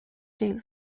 deals